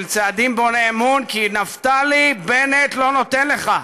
של צעדים בוני אמון, כי נפתלי בנט לא נותן לך.